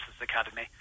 Academy